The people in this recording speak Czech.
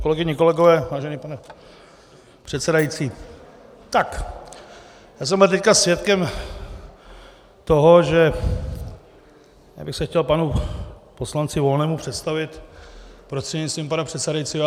Kolegyně a kolegové, vážený pane předsedající, já jsem byl teď svědkem toho, že já bych se chtěl panu poslanci Volnému představit prostřednictvím pana předsedajícího.